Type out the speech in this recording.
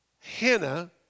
Hannah